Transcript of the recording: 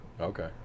Okay